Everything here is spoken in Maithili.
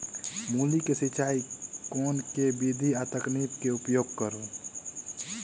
मूली केँ सिचाई केँ के विधि आ तकनीक केँ उपयोग करू?